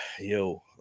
Yo